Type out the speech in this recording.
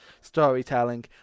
storytelling